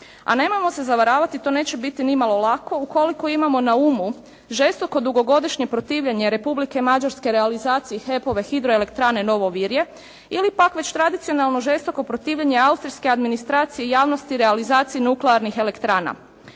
A nemojmo se zavaravati to neće biti nimalo lako ukoliko imamo na umu žestoko dugogodišnje protivljenje Republike Mađarske realizaciji HEP-ove hidroelektrane Novo Virje ili pak već tradicionalno žestoko protivljenje austrijske administracije i javnosti realizaciji nuklearnih elektrana.